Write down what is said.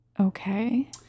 okay